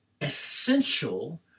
essential